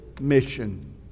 mission